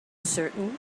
certain